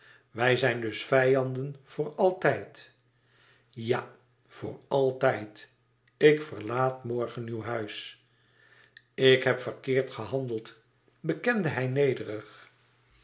wij zijn dus vijanden voor altijd ja voor altijd ik verlaat morgen uw huis ik heb verkeerd gehandeld bekende hij nederig